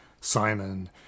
simon